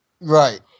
Right